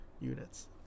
units